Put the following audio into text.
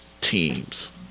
teams